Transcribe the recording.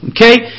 Okay